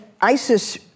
ISIS